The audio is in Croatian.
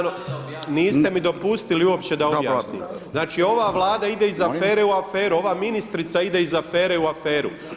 Niste mi dopustili uopće da objasnim, znači ova vlada ide iz afere u aferu, ova ministrica ide iz afere u aferu.